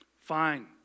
Fine